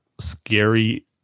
scary